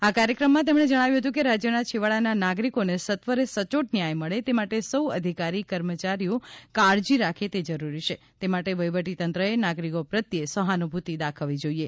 આ કાર્યક્રમમાં તેમણે જણાવ્યું હતું કે રાજ્યના છેવાડાના નાગરિકોને સત્વરે સચોટ ન્યાય મળે તે માટે સૌ અધિકારી કર્મચારીઓ કાળજી રાખે તે જરૂરી છે તે માટે વહીવટી તંત્રએ નાગરિકો પ્રત્યે સહાનુભૂતિ દાખવવી જોઇએ